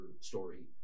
story